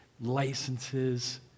licenses